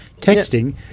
texting